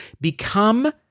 become